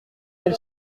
elle